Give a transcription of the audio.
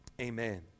Amen